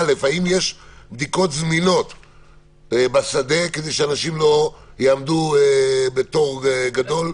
האם יש בדיקות זמינות בשדה כדי שאנשים לא יעמדו בתור גדול?